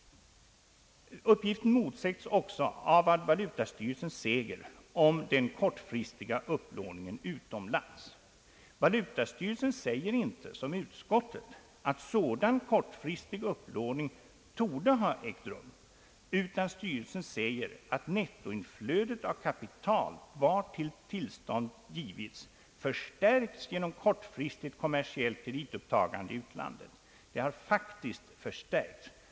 Uppgiften motsäges också av vad valutastyrelsen säger om den kortfristiga upplåningen utomlands. Valutastyrelsen säger inte som utskottet att sådan kortfristig upplåning torde ha ägt rum, utan styrelsen säger att nettoinflödet av kapital, vartill tillstånd givits, förstärkts genom kortfristigt kommersiellt kreditupptagande i utlandet. Det har faktiskt förstärkts.